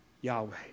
Yahweh